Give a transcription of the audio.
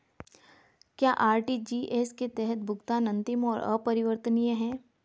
क्या आर.टी.जी.एस के तहत भुगतान अंतिम और अपरिवर्तनीय है?